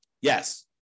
Yes